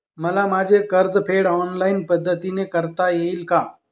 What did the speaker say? मला माझे कर्जफेड ऑनलाइन पद्धतीने करता येईल का?